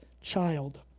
child